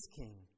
king